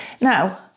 Now